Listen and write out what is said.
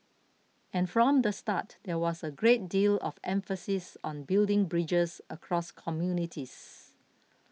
and from the start there was a great deal of emphasis on building bridges across communities